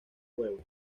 huevo